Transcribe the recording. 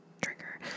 trigger